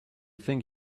think